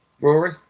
Rory